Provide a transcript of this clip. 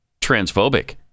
transphobic